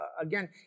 Again